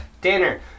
dinner